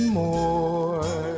more